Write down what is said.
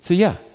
so yeah,